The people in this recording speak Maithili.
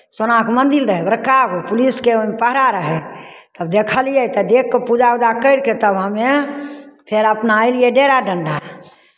सोनाके मन्दिर रहय बड़का पुलिसके पहरा रहय तब देखलियै तऽ देखि कऽ पूजा उजा करि कऽ तब हमे फेर अपना एलियै डेरा डण्डा